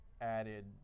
added